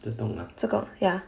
这栋 ya